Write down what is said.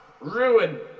ruin